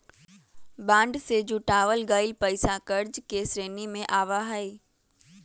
bond से जुटावल गइल पैसा कर्ज के श्रेणी में आवा हई